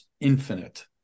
infinite